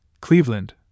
Cleveland